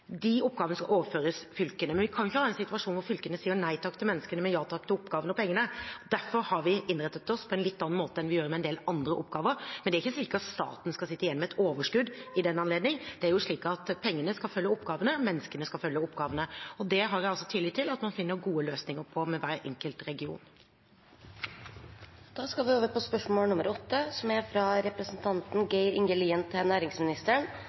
De oppgavene skal overføres til fylkene, men vi kan jo ikke ha en situasjon hvor fylkene sier nei takk til menneskene og ja takk til oppgavene og pengene. Derfor har vi innrettet oss på en litt annen måte enn vi gjør med en del andre oppgaver. Men staten skal ikke sitte igjen med et overskudd i den anledning. Pengene skal følge oppgavene, og menneskene skal følge oppgavene. Det har jeg tillit til at man finner gode løsninger på i hver enkelt region. Dette spørsmålet, fra representanten Geir Inge Lien til næringsministeren, er